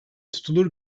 tutulur